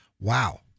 wow